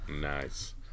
Nice